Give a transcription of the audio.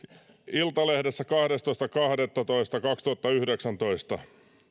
iltalehdessä kahdestoista kahdettatoista kaksituhattayhdeksäntoista